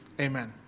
amen